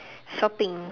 shopping